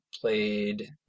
played